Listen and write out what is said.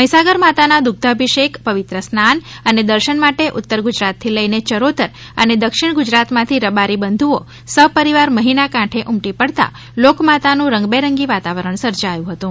મહીસાગર માતાના દૂગ્ધાભિષેક પવિત્ર સ્નાન અને દર્શન માટે ઉત્તર ગુજરાતથી લઈને ચરોતર અને દક્ષિણ ગુજરાતમાંથી રબારી બંધુઓ સપરિવાર મહીના કાંઠે ઉમટી પડતા લોકમાતાનું રંગબેરંગીન વાતાવરણ સર્જાયુ હતું